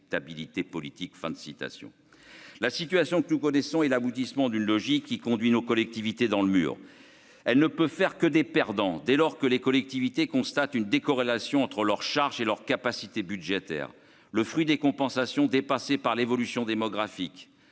la situation que nous connaissons est l'aboutissement d'une logique qui conduit nos collectivités dans le mur, elle ne peut faire que des perdants dès lors que les collectivités constate une décorrélation entre leurs charges et leur capacité budgétaire le fruit des compensations dépassé par l'évolution démographique